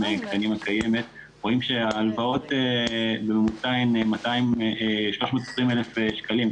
הקטנים רואים שההלוואות בממוצע הן 320 אלף שקלים,